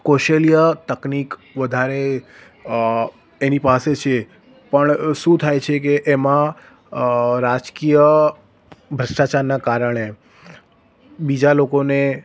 કૌશલ્ય તકનિક વધારે અ એની પાસે છે પણ શું થાય છે કે એમાં અ રાજકીય ભ્રષ્ટાચારના કારણે બીજા લોકોને